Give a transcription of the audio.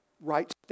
right